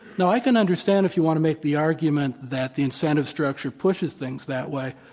now i can understand if you want to make the argument that the incentive structure pushes things that way,